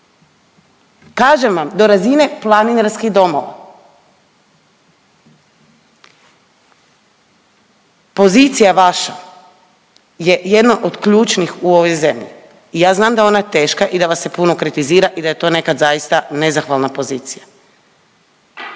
Kažem vam do razine planinarskih domova. Pozicija vaša je jedno od ključnih u ovoj zemlji i ja znam da je ona teška i da vas se puno kritizira i da je to nekad zaista nezahvalna pozicija,